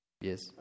Yes